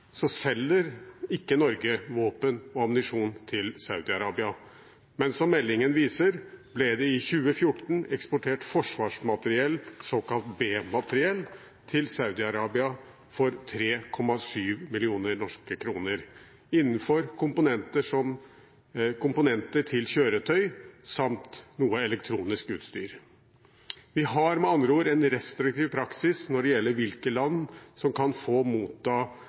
selger ikke Norge våpen og ammunisjon til Saudi-Arabia, men som meldingen viser, ble det i 2014 eksportert forsvarsmateriell, såkalt B-materiell, til Saudi-Arabia for 3,7 mill. NOK innenfor komponenter til kjøretøy, samt noe elektronisk utstyr. Vi har med andre ord en restriktiv praksis når det gjelder hvilke land som kan få motta